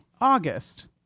August